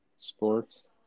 sports